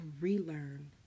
relearn